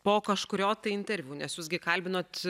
po kažkurio tai interviu nes jūs gi kalbinot